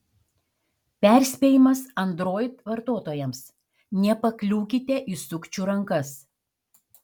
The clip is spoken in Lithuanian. perspėjimas android vartotojams nepakliūkite į sukčių rankas